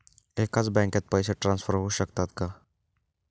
एकाच बँकेत पैसे ट्रान्सफर होऊ शकतात का?